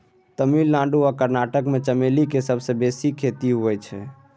तमिलनाडु आ कर्नाटक मे चमेलीक सबसँ बेसी खेती होइ छै